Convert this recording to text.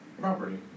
property